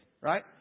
Right